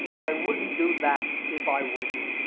or i wouldn't do that if i were you.